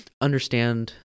understand